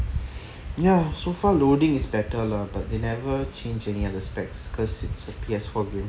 ya so far loading is better lah but they never change any other specs cause is a P_S four game